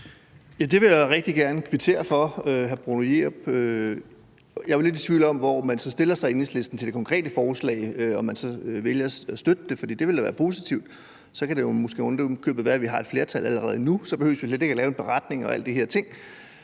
Det vil jeg rigtig gerne kvittere hr. Bruno Jerup for. Jeg var lidt i tvivl om, hvordan man så stiller sig i Enhedslisten til det konkrete forslag, altså om man vælger at støtte det, for det ville da være positivt. Så kan det måske oven i købet være, at vi har et flertal allerede nu, og så behøver vi slet ikke at lave en beretning og alle de her ting.